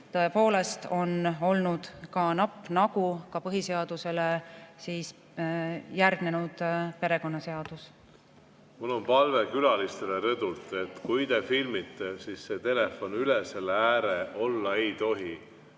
tõepoolest napp, nagu ka põhiseadusele järgnenud perekonnaseadus. Mul on palve külalistele rõdul: kui te filmite, siis telefon üle selle ääre olla ei tohi.